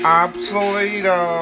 obsolete